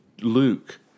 Luke